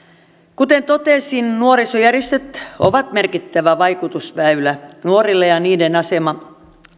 kuten totesin nuorisojärjestöt ovat merkittävä vaikutusväylä nuorille ja niiden asema